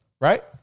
right